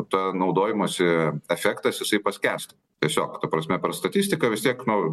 ta naudojimosi efektas jisai paskęsta tiesiog ta prasme per statistiką vis tiek nu